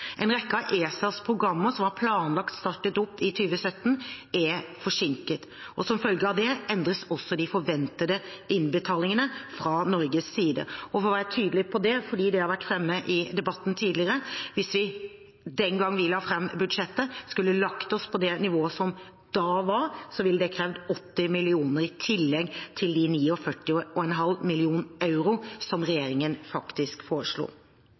En rekke av ESAs programmer, som var planlagt startet opp i 2017, er forsinket. Som følge av det endres også de forventede innbetalingene fra Norges side. Og for å være tydelig på det, fordi det har vært framme i debatten tidligere: Hvis vi, da vi la fram budsjettet, skulle lagt oss på det nivået som da var, ville det krevd 80 mill. kr i tillegg til de 49,5 mill. euro som regjeringen faktisk foreslo.